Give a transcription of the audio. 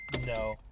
No